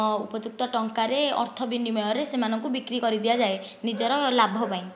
ଉପଯୁକ୍ତ ଟଙ୍କାରେ ଅର୍ଥ ବିନିମୟରେ ସେମାନଙ୍କୁ ବିକ୍ରି କରିଦିଆଯାଏ ନିଜର ଲାଭ ପାଇଁ